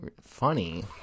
funny